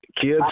Kids